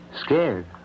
Scared